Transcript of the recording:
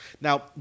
now